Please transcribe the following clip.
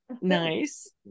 Nice